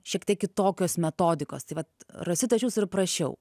šiek tiek kitokios metodikos tai vat rosita aš jūsų ir prašiau